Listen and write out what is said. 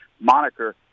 moniker